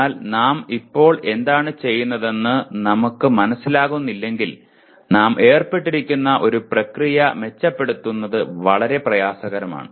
എന്നാൽ നാം ഇപ്പോൾ എന്താണ് ചെയ്യുന്നതെന്ന് നമുക്ക് മനസ്സിലാകുന്നില്ലെങ്കിൽ നാം ഏർപ്പെട്ടിരിക്കുന്ന ഒരു പ്രക്രിയ മെച്ചപ്പെടുത്തുന്നത് വളരെ പ്രയാസകരമാണ്